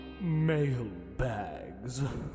mailbags